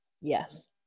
Yes